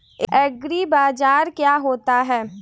एग्रीबाजार क्या होता है?